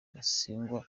gasinzigwa